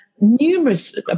numerous